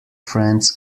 friends